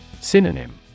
Synonym